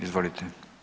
Izvolite.